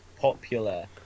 popular